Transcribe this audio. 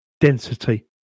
density